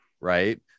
right